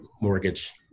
mortgage